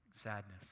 sadness